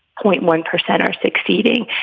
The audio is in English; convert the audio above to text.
point one percent are succeeding.